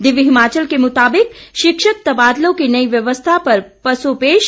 दिव्य हिमाचल के मुताबिक शिक्षक तबादलों की नई व्यवस्था पर पसोपेश